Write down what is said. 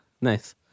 Nice